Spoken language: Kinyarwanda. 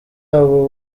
abo